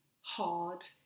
hard